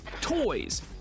toys